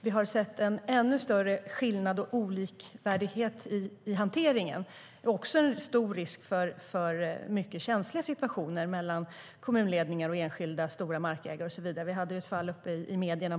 Vi har sett en ännu större skillnad och olikvärdighet i hanteringen och också en stor risk för mycket känsliga situationer mellan kommunledningar och enskilda stora markägare.